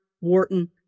Wharton